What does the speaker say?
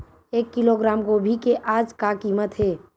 एक किलोग्राम गोभी के आज का कीमत हे?